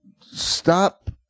stop